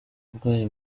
urwaye